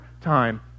time